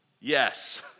Yes